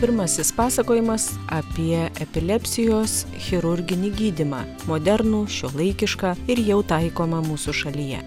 pirmasis pasakojimas apie epilepsijos chirurginį gydymą modernų šiuolaikišką ir jau taikomą mūsų šalyje